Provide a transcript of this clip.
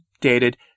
dated